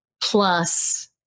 plus